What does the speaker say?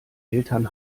eltern